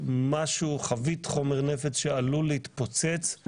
כחבית חומר נפץ שעלול להתפוצץ.